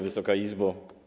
Wysoka Izbo!